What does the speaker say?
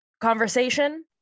conversation